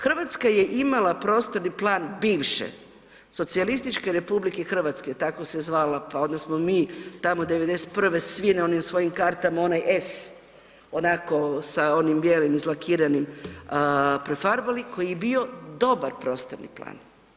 Hrvatska je imala prostorni plan bivše Socijalističke Republike Hrvatske, tako se zvala, pa onda smo mi tamo '91. svi na onim svojim kartama onaj "S" onako s onim bijelim izlakiranim prefarbali, koji je bio dobar prostorni plan.